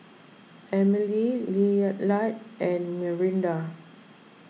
Emilie Lillard and Myranda